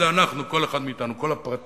זה אנחנו, כל אחד מאתנו, כל הפרטים